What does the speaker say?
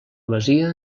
masia